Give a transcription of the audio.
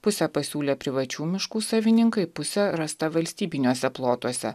pusę pasiūlė privačių miškų savininkai pusė rasta valstybiniuose plotuose